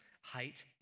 height